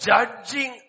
Judging